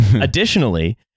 additionally